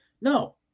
No